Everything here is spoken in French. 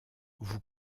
vous